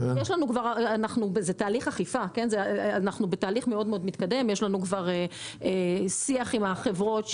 זה תהליך אכיפה, יש לנו כבר שיח עם החברות.